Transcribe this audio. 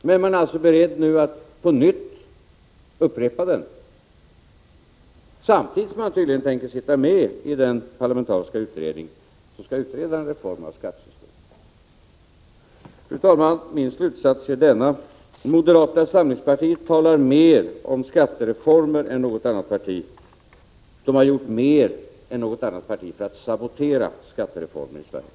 Men man är alltså nu beredd att upprepa den, samtidigt som man tydligen tänker sitta med i den parlamentariska utredning som skall utreda en reform av skattesystemet. Fru talman! Min slutsats är denna: Moderaterna talar mer om skattereformer än något annat parti — de har gjort mer än något annat parti för att sabotera skattereformer i Sverige.